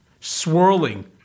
swirling